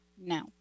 now